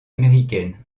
américaines